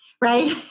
right